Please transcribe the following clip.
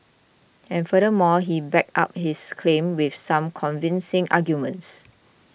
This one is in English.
and furthermore he backed up his claim with some convincing arguments